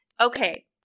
Okay